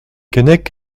keinec